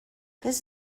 this